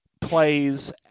plays